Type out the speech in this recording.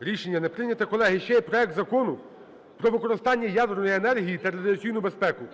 Рішення не прийнято. Колеги, ще є проект Закону "Про використання ядерної енергії та радіаційну безпеку",